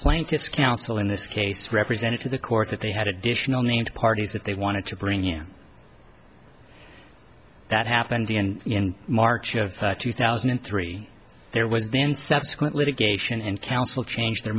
plaintiff's counsel in this case represented to the court that they had additional named parties that they wanted to bring in and that happened in march of two thousand and three there was then subsequent litigation and counsel changed their